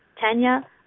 Tanya